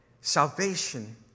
salvation